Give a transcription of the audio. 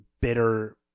bitter